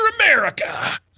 America